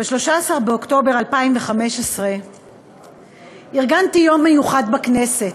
ב-13 באוקטובר 2015 ארגנתי יום מיוחד בכנסת.